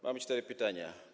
Mam cztery pytania.